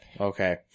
Okay